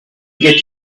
get